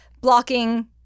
blocking